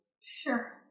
Sure